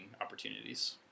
opportunities